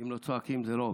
אם לא צועקים, זה לא עובד.